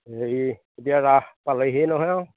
হেৰি এতিয়া ৰাস পালেহিয়ে নহয় আৰু